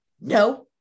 No